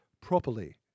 Properly